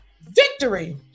Victory